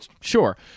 sure